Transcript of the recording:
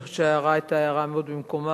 אני חושבת שההערה היתה הערה מאוד במקומה,